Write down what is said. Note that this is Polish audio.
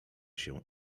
się